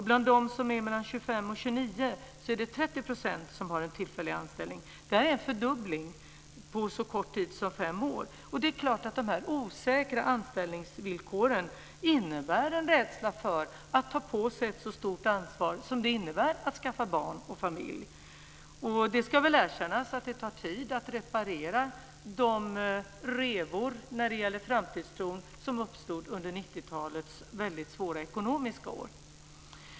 Bland dem som är mellan 25 och 29 år är det 30 % som har en tillfällig anställning. Detta innebär en fördubbling på så kort tid som 5 år, och det är klart att de osäkra anställningsvillkoren innebär en rädsla för att ta på sig ett så stort ansvar som det innebär att skaffa barn och familj. Det ska väl erkännas att det tar tid att reparera de revor i framtidstron som uppstod under 90-talets väldigt svåra ekonomiska år.